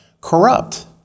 Corrupt